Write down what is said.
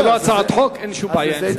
זאת לא הצעת חוק, אין שום בעיה עם זה.